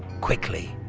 quickly.